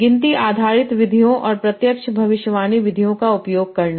गिनती आधारित विधियों और प्रत्यक्ष भविष्यवाणी विधियों का उपयोग करना